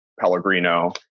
Pellegrino